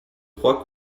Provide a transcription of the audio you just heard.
crois